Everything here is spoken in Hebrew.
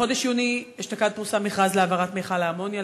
בחודש יוני אשתקד פורסם מכרז להעברת מכל האמוניה.